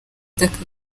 perezida